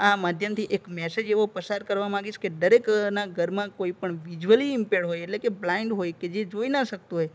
આ માધ્યમથી એક મેસેજ એવો પસાર કરવા માંગીશ કે દરેકના ઘરમાં કોઈ પણ વિઝ્યુઅલી ઈમ્પૅર્ડ હોય એટલે કે બ્લાઇન્ડ હોય કે જોઈ ના શકતું હોય